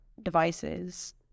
devices